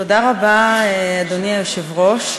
אדוני היושב-ראש,